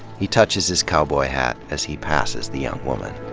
he touches his cowboy hat as he passes the young woman.